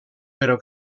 però